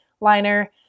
liner